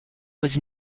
was